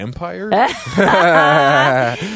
Empire